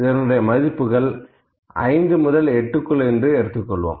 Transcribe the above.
இதனுடைய மதிப்புகள் 5 முதல் 8க்குள் என்று வைத்துக்கொள்வோம்